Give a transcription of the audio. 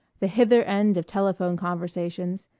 the hither end of telephone conversations,